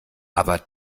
aber